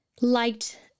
liked